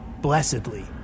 blessedly